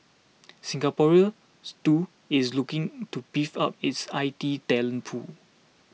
Singapore too is looking to beef up its I T talent pool